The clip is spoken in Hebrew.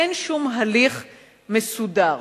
אין שום הליך מסודר.